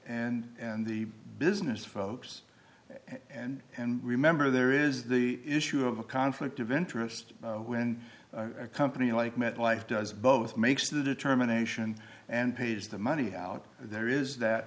underwriters and the business folks and and remember there is the issue of a conflict of interest when a company like metlife does both makes the determination and page the money out there is that